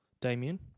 Damien